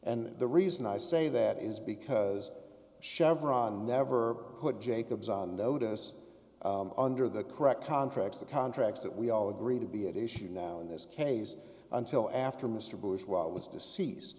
and the reason i say that is because chevron never put jacobs notice under the correct contracts the contracts that we all agreed to be at issue now in this case until after mr bush was deceased